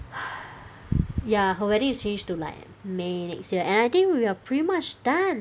ya her wedding is changed to like may next year and I think we are pretty much done